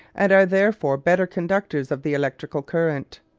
and are therefore better conductors of the electrical current.